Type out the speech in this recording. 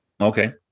Okay